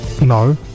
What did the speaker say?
No